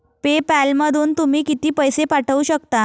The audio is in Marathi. पे पॅलमधून तुम्ही किती पैसे पाठवू शकता?